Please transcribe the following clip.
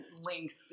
links